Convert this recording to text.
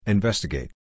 Investigate